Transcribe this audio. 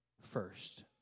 first